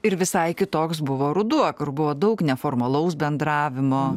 ir visai kitoks buvo ruduo kur buvo daug neformalaus bendravimo